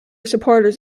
supporters